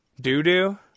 Doo-doo